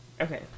Okay